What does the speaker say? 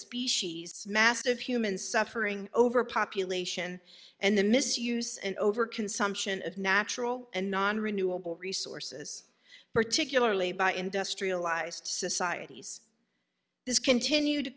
species massive human suffering overpopulation and the misuse and over consumption of natural and nonrenewable resources particularly by industrialized societies this continued